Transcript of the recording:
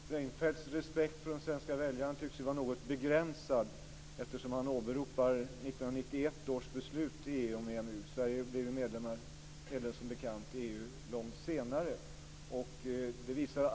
Fru talman! Reinfeldts respekt för de svenska väljarna tycks vara något begränsad eftersom han åberopar 1991 års beslut i EU om EMU. Sverige blev, som bekant, medlem i EU långt senare.